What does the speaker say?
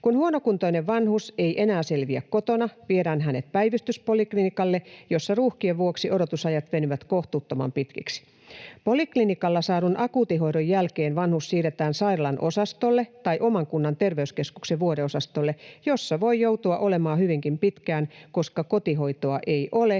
Kun huonokuntoinen vanhus ei enää selviä kotona, viedään hänet päivystyspoliklinikalle, jossa ruuhkien vuoksi odotusajat venyvät kohtuuttoman pitkiksi. Poliklinikalla saadun akuutin hoidon jälkeen vanhus siirretään sairaalan osastolle tai oman kunnan terveyskeskuksen vuodeosastolle, jossa voi joutua olemaan hyvinkin pitkään, koska kotihoitoa ei ole